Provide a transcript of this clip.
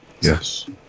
Yes